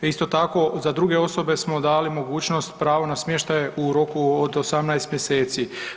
Isto tako za druge osobe smo dali mogućnost pravo na smještaj u roku od 18 mjeseci.